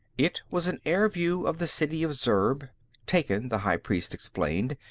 it was an air-view of the city of zurb taken, the high priest explained,